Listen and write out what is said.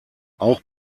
auch